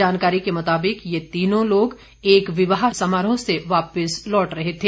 जानकारी के मुताबिक ये तीनों लोग एक विवाह समारोह से वापिस लौट रहे थे